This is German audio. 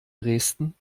dresden